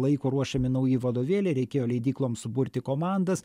laiko ruošiami nauji vadovėliai reikėjo leidykloms suburti komandas